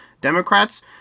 Democrats